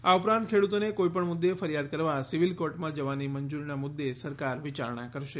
આ ઉપરાંત ખેડૂતોને કોઈપણ મુદ્દે ફરિયાદ કરવા સીવીલ કોર્ટમાં જવાની મંજુરીના મુદ્દે સરકાર વિચારણા કરશે